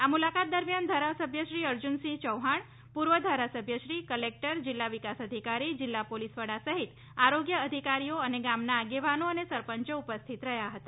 આ મુલાકાત દરમ્યાન ધારાસભ્યશ્રી અર્જ્રનસિંહ ચૌહાણ પૂર્વ ધારાસભ્યશ્રી કલેકટર જિલ્લાલ વિકાસ અધિકારી જિલ્લાહ પોલીસવડા સહિત આરોગ્ય અધિકારીઓ ગામના આગેવાનો અને સરપંચો ઉપસ્થિતત રહ્યા હતા